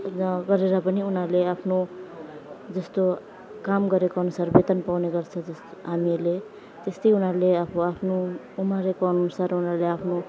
मतलब गरेर पनि उनीहरूले आफ्नो जस्तो काम गरेको अनुसार वेतन पाउने गर्छ जस्तो हामीहरूले त्यस्तै उनीहरूले आफ्नो आफ्नो उमारेको अनुसार उनीहरूले आफ्नो